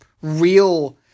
real